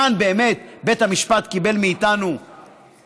כאן באמת בית המשפט קיבל מאיתנו יד